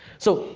so,